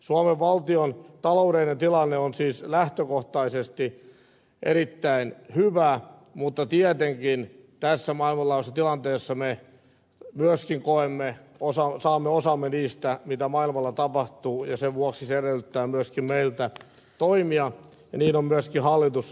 suomen valtion taloudellinen tilanne on siis lähtökohtaisesti erittäin hyvä mutta tietenkin tässä maailmanlaajuisessa tilanteessa me myöskin saamme osamme siitä mitä maailmalla tapahtuu ja sen vuoksi se edellyttää myöskin meiltä toimia ja niin on myöskin hallitus tehnyt